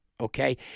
Okay